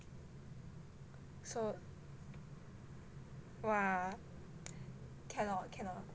so !wah! cannot cannot